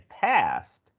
passed